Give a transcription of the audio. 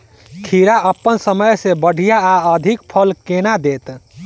खीरा अप्पन समय सँ बढ़िया आ अधिक फल केना देत?